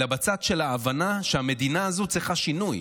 אלא בצד של ההבנה שהמדינה הזאת צריכה שינוי.